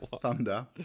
Thunder